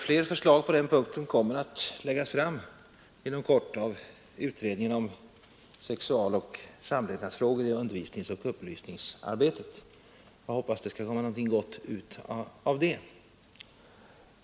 Fler förslag på den punkten kommer att läggas fram inom kort av utredningen rörande sexualoch samlevnadsfrågor i undervisningsoch upplysningsarbetet. Jag hoppas det skall komma något gott ut av det.